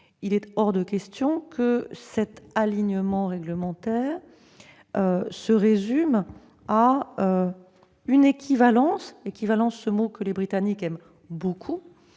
il est hors de question que cet alignement réglementaire se résume à une équivalence- un terme que les Britanniques aiment beaucoup